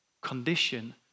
Condition